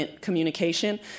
communication